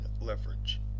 leverage